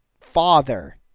father